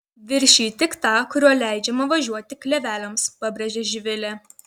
viršiju tik tą kuriuo leidžiama važiuoti kleveliams pabrėžė živilė